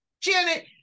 Janet